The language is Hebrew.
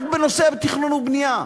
רק בנושא תכנון ובנייה.